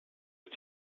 ist